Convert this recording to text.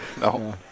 no